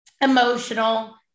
emotional